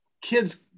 kids